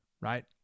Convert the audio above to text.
right